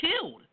killed